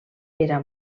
era